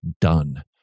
done